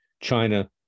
china